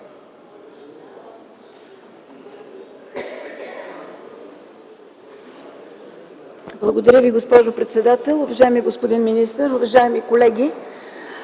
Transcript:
Благодаря Ви, госпожо председател. Уважаеми господин министър, уважаеми колеги!